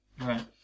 Right